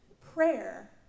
prayer